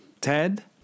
Ted